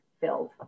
filled